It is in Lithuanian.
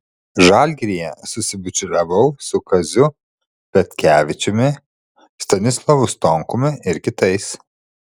žalgiryje susibičiuliavau su kaziu petkevičiumi stanislovu stonkumi ir kitais